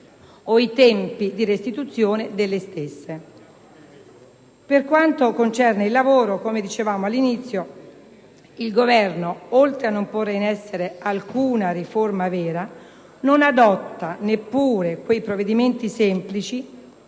o i tempi di restituzione delle stesse. Per quanto concerne il lavoro, come sottolineato all'inizio, il Governo oltre a non porre in essere alcuna riforma vera, non adotta neppure quei provvedimenti semplici,